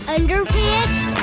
Underpants